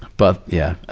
but, yeah.